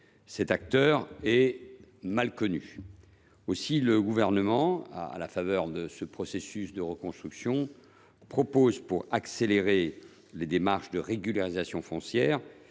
cet acteur est mal connu. Aussi le Gouvernement propose t il, à la faveur du processus de reconstruction et pour accélérer les démarches de régularisation foncière,